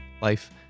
life